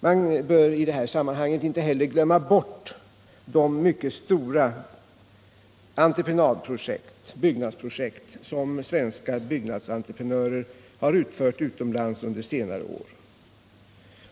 Man bör i det här sammanhanget inte heller glömma bort de mycket stora byggnadsprojekt som svenska byggnadsentreprenörer har utfört utomlands under senare år.